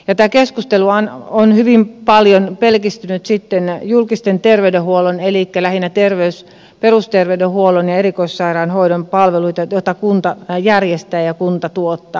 tämä keskustelu on hyvin paljon pelkistynyt sitten julkisen terveydenhuollon elikkä lähinnä perusterveydenhuollon ja erikoissairaanhoidon palveluihin joita kunta järjestää ja kunta tuottaa